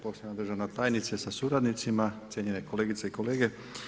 Poštovana državna tajnice sa suradnicima, cijenjene kolegice i kolege.